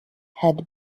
had